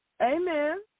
Amen